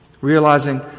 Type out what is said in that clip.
realizing